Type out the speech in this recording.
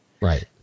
Right